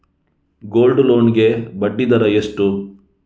Gold loan ಗೆ ಬಡ್ಡಿ ದರ ಎಷ್ಟು?